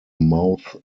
mouth